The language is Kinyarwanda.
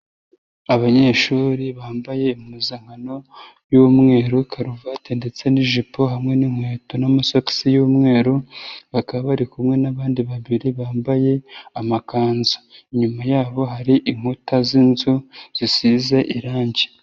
Abanyeshuri bambaye impuzankano y'umweru karuvati ndetse n'ijipo hamwe n'inkweto n'amasogisi y'umweru, bakaba bari kumwe n'abandi babiri bambaye amakanzu. Inyuma yabo hari inkuta z'inzu zisize irangi.